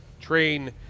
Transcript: train